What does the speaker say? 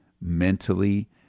mentally